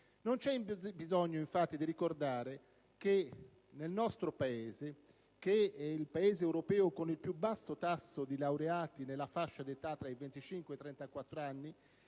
Non c'è bisogno infatti di ricordare che in Italia - il Paese europeo con il più basso tasso di laureati nella fascia d'età tra i 25 e 34 anni